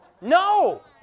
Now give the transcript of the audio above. No